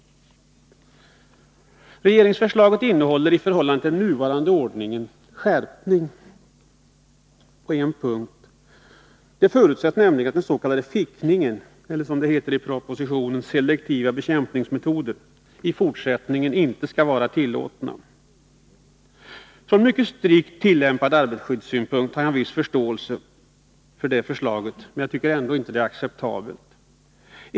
Regeringsförslaget innehåller i förhållande till nuvarande ordning en skärpning på en punkt. Det förutsätts nämligen att s.k. fickning, eller som det heter i propositionen selektiva bekämpningsmetoder, i fortsättningen inte skall vara tillåten. Från mycket strikt tillämpad arbetarskyddssynpunkt har jag en viss förståelse för regeringsförslaget, men jag tycker ändå inte att det är acceptabelt.